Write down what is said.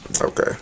Okay